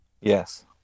Yes